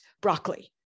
broccoli